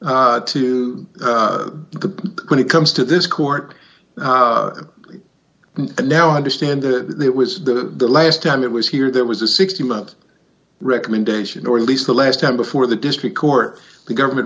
to when it comes to this court now understand that was the last time it was here there was a sixteen month recommendation or at least the last time before the district court government